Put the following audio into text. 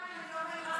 אני לא מעירה לך.